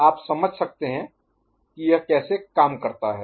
आप समझते हैं कि यह कैसे काम करता है